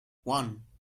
one